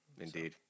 Indeed